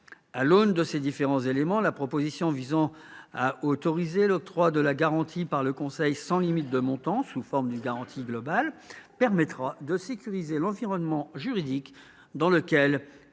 À l'aune de ces différents éléments, la proposition visant à autoriser l'octroi de la garantie par le conseil, sans limite de montant, sous la forme d'une garantie globale, permettra de sécuriser l'environnement juridique dans lequel